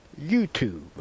YouTube